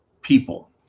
people